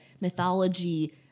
mythology